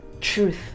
truth